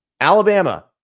Alabama